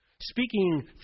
Speaking